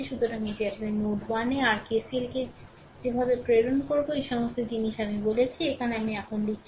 সুতরাং এটি আসলে নোড 1 এ r KCLকে যেভাবে প্রেরণ করবো এই সমস্ত জিনিস আমি বলেছি এখানে আমি এখন লিখছি